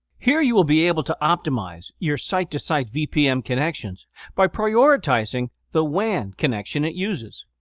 here, you will be able to optimize your site to site vpn connections by prioritizing the wan connection it uses.